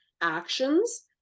actions